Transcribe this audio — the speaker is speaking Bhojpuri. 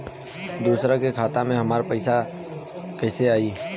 दूसरा के खाता से हमरा खाता में पैसा कैसे आई?